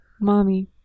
mommy